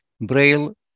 Braille